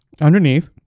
underneath